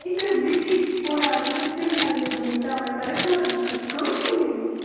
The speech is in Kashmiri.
أسۍ ٲس بِزی تھوڑا اَز أسۍ ٲس سِری نگر گٲمٕتۍ تَوَے تۅہہِ ٲسوا کٲم کیٚنٛہہ مےٚ نِش